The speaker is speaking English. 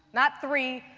not three,